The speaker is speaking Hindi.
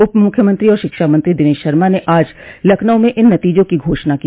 उपमुख्यमंत्री और शिक्षा मंत्री दिनेश शर्मा ने आज लखनऊ में इन नतीजों की घोषणा की